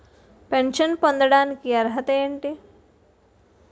Pension పొందడానికి అర్హత ఏంటి?